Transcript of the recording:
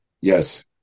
Yes